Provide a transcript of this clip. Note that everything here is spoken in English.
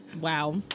wow